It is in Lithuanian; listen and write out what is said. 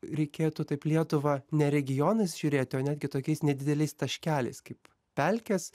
reikėtų taip lietuvą ne regionais žiūrėti o netgi tokiais nedideliais taškeliais kaip pelkės